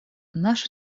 наша